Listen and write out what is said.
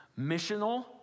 missional